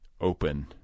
open